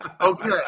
Okay